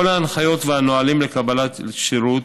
כל ההנחיות והנהלים לקבל שירות,